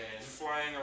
flying